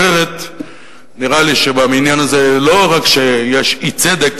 אחרת נראה לי שבעניין הזה לא רק שיש אי-צדק